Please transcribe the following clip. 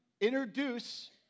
introduce